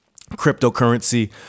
cryptocurrency